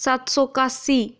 सत्त सौ कासी